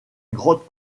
grotte